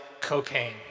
cocaine